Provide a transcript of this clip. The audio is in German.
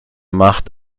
macht